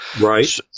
Right